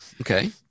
Okay